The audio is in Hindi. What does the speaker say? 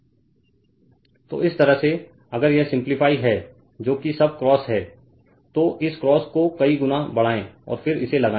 Refer Slide Time 0303 तो इस तरह से अगर यह सिंपलीफाई है जो कि सब क्रॉस है तो इस क्रॉस को कई गुना बढ़ाएं और फिर इसे लगाएं